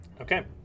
Okay